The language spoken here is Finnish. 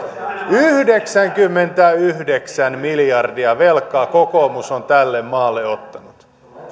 yhdeksänkymmentäyhdeksän miljardia velkaa kokoomus on tälle maalle ottanut